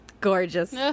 gorgeous